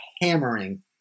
hammering